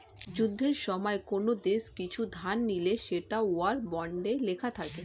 যুদ্ধের সময়ে কোন দেশ কিছু ধার নিলে সেটা ওয়ার বন্ডে লেখা থাকে